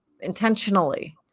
intentionally